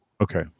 Okay